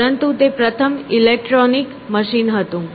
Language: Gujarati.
પરંતુ તે પ્રથમ ઇલેક્ટ્રોનિક મશીન હતું